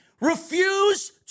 refuse